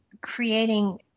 creating